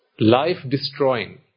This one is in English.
life-destroying